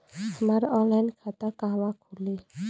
हमार ऑनलाइन खाता कहवा खुली?